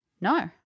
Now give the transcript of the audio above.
No